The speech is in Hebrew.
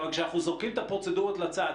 אבל כשאנחנו זורקים את הפרוצדורות לצד,